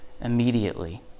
immediately